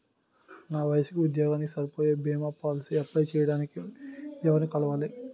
నా వయసుకి, ఉద్యోగానికి సరిపోయే భీమా పోలసీ అప్లయ్ చేయటానికి ఎవరిని కలవాలి?